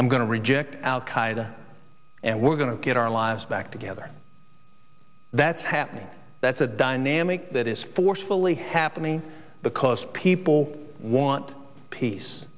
i'm going to reject outside and we're going to get our lives back together that's happening that's a dynamic that is forcefully happening because people want peace